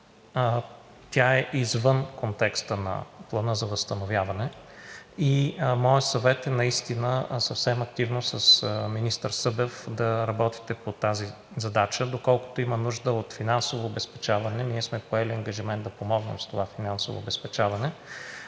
Тя е извън контекста на Плана за възстановяване и моят съвет е наистина съвсем активно с министър Събев да работите по тази задача. Доколкото има нужда от финансово обезпечаване, ние сме поели ангажимент да помогнем с това финансово обезпечаване,